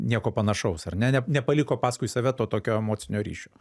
nieko panašaus ar nep nepaliko paskui save to tokio emocinio ryšio